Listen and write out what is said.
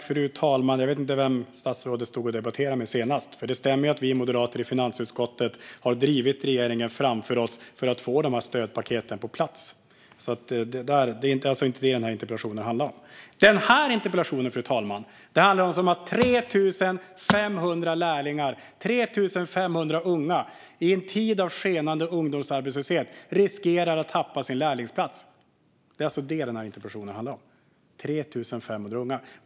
Fru talman! Jag vet inte vem statsrådet stod och debatterade med senast. Det stämmer ju att vi moderater i finansutskottet har drivit regeringen framför oss för att få de här stödpaketen på plats. Det är alltså inte det som denna interpellation handlar om. Denna interpellation, fru talman, handlar om att 3 500 lärlingar - 3 500 unga - i en tid av skenande ungdomsarbetslöshet riskerar att tappa sin lärlingsplats. Det är alltså det som denna interpellation handlar om - 3 500 unga.